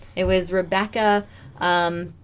it was rebecca um